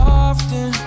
often